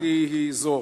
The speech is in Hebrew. שאלתי היא זו: